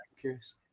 curious